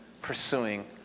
pursuing